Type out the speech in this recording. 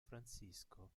francisco